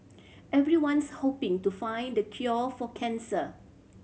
everyone's hoping to find the cure for cancer